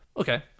Okay